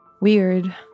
weird